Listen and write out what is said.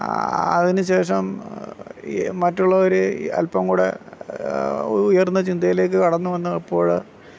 അതിനുശേഷം മറ്റുള്ളവർ അല്പം കൂടെ ഉയർന്ന ചിന്തയിലേക്ക് കടന്ന് വന്നപ്പോൾ